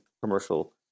Commercial